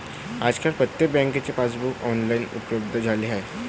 आजकाल प्रत्येक बँकेचे पासबुक ऑनलाइन उपलब्ध झाले आहे